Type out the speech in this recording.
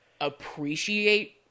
appreciate